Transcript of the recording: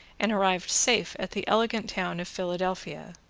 and arrived safe at the elegant town of philadelphia.